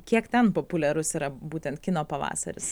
kiek ten populiarus yra būtent kino pavasaris